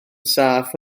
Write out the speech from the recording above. saff